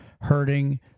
hurting